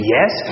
Yes